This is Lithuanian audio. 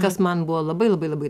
kas man buvo labai labai labai